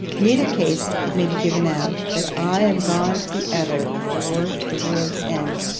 in either case, it may be given out, that i am gone to the other or to the world's end.